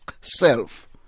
self